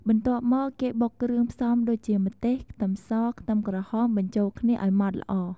បន្ទាប់មក គេបុកគ្រឿងផ្សំដូចជា ម្ទេស ខ្ទឹមស ខ្ទឹមក្រហម បញ្ចូលគ្នាឱ្យម៉ដ្ឋល្អ។